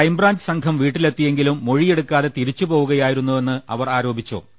crime branch സംഘം വീട്ടിലെത്തിയെങ്കിലും മൊഴിയെടു ക്കാതെ തിരിച്ചുപോകുകയായിരുന്നുവെന്ന് അവർ ആരോപിച്ചു